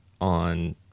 on